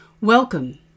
Welcome